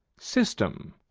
system,